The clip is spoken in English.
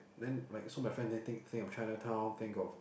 then like so my friend then think think of Chinatown think of